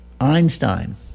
Einstein